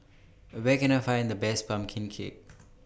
Where Can I Find The Best Pumpkin Cake